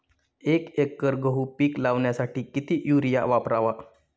एक एकर गहू पीक लावण्यासाठी किती युरिया वापरावा?